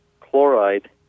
chloride